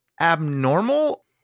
abnormal